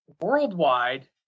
Worldwide